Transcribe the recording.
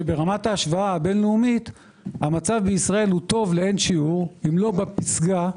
ההשוואה הבין לאומית המצב בישראל טוב לאין שיעור אם לא בפסגה.